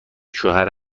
شوهر